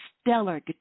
stellar